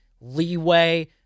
leeway